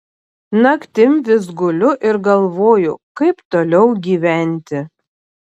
naktim vis guliu ir galvoju kaip toliau gyventi